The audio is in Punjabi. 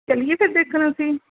ਚਲੀਏ ਫਿਰ ਦੇਖਣ ਅਸੀਂ